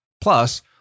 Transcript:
Plus